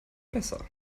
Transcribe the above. besser